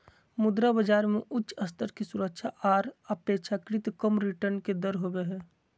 मुद्रा बाजार मे उच्च स्तर के सुरक्षा आर अपेक्षाकृत कम रिटर्न के दर होवो हय